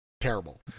terrible